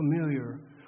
familiar